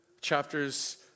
Chapters